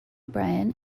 brian